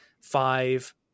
five